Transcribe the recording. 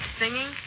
singing